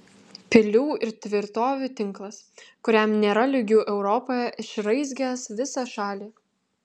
pilių ir tvirtovių tinklas kuriam nėra lygių europoje išraizgęs visą šalį